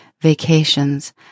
vacations